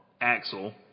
Axel